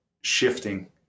shifting